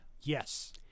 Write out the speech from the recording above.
Yes